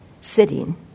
sitting